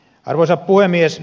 arvoisa puhemies